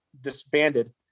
disbanded